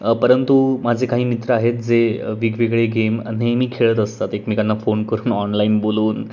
परंतु माझे काही मित्र आहेत जे वेगवेगळे गेम नेहमी खेळत असतात एकमेकांना फोन करून ऑनलाईन बोलवून